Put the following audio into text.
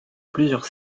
plusieurs